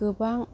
गोबां